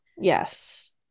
Yes